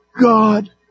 God